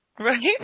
Right